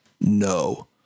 No